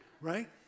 right